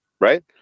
right